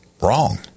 wrong